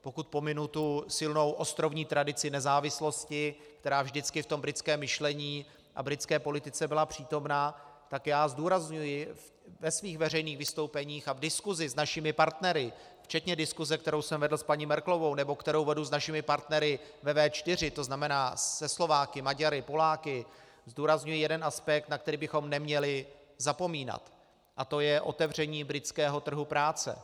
Pokud pominu tu silnou ostrovní tradici nezávislosti, která vždycky v britském myšlení a britské politice byla přítomna, tak já ve svých veřejných vystoupeních a v diskusi s našimi partnery, včetně diskuse, kterou jsem vedl s paní Merklovou nebo kterou vedu s našimi partnery ve V4, tzn. se Slováky, Maďary, Poláky, zdůrazňuji jeden aspekt, na který bychom neměli zapomínat, a to je otevření britského trhu práce.